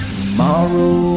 Tomorrow